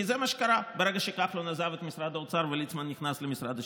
כי זה מה שקרה ברגע שכחלון עזב את משרד האוצר וליצמן נכנס למשרד השיכון,